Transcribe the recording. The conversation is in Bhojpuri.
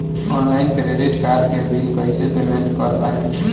ऑनलाइन क्रेडिट कार्ड के बिल कइसे पेमेंट कर पाएम?